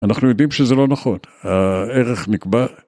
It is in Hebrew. אנחנו יודעים שזה לא נכון, הערך נקבע.